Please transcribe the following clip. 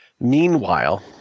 Meanwhile